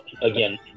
Again